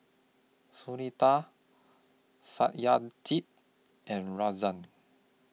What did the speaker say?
Sunita Satyajit and Razia